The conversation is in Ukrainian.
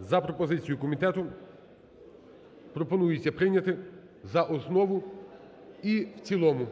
за пропозицією комітету пропонується прийняти за основу і в цілому.